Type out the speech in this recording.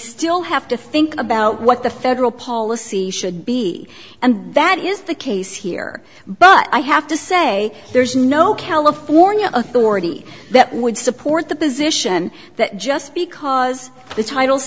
still have to think about what the federal policy should be and that is the case here but i have to say there's no california authority that would support the position that just because the title